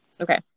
Okay